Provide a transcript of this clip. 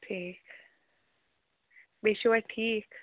ٹھیٖک بیٚیہِ چھِوا ٹھیٖک